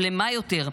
שלמה יותר,